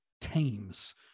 teams